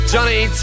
Johnny